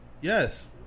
Yes